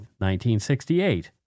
1968